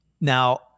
Now